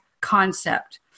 concept